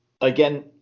Again